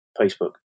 facebook